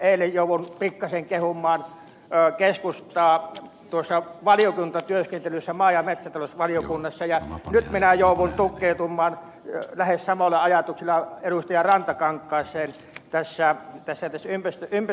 eilen jouduin pikkasen kehumaan keskustaa valiokuntatyöskentelyssä maa ja metsätalousvaliokunnassa ja nyt minä joudun tukeutumaan lähes samana ja tukija ja rantakankaisen samoilla ajatuksilla ed